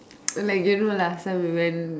like you know like last time we went